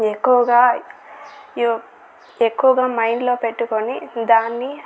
ఎక్కువగా ఎక్కువగా మైండ్ లో పెట్టుకొని దాన్ని